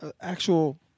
actual